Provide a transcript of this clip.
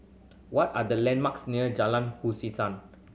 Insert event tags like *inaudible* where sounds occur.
what are the landmarks near Jalan *unintelligible*